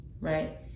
right